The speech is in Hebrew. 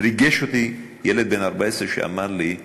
ריגש אותי ילד בן 14 שאמר לי: